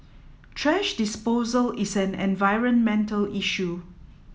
thrash disposal is an environmental issue